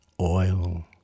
oil